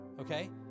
okay